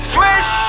Swish